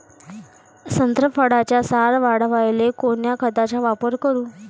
संत्रा फळाचा सार वाढवायले कोन्या खताचा वापर करू?